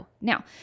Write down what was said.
now